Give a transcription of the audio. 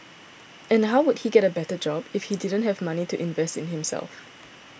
and how would he get a better job if he didn't have money to invest in himself